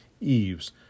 eaves